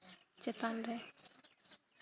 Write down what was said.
ᱪᱮᱛᱟᱱ ᱨᱮ